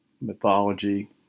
mythology